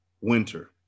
Winter